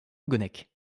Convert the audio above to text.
ogonek